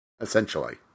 essentially